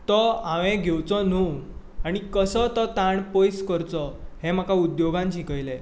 तो हांवें घेवचो न्हूं आनी कसो तो ताण पयस करचो हें म्हाका उद्द्योगान शिकयलें